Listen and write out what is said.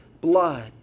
blood